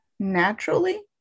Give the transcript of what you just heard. naturally